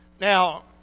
Now